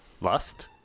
Lust